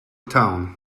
town